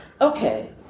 Okay